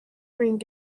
ring